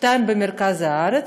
שניים במרכז הארץ,